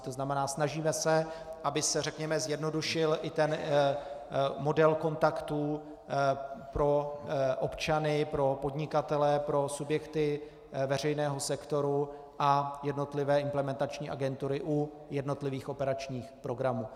To znamená, snažíme se, aby se, řekněme, zjednodušil i ten model kontaktů pro občany, pro podnikatele, pro subjekty veřejného sektoru a jednotlivé implementační agentury u jednotlivých operačních programů.